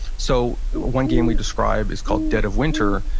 so one game we describe is called dead of winter.